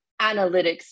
analytics